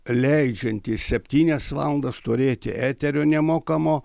leidžianti septynias valandas turėti eterio nemokamo